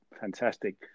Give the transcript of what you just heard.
fantastic